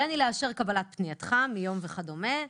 הריני לאשר קבלת פנייתך מיום וכדומה,